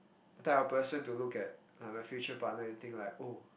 the type of person to look at uh my future partner and think like oh